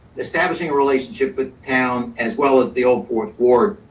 establishing a relationship with town, as well as the old fourth ward,